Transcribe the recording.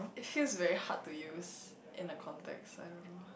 it's still very hard to use in a contact I don't know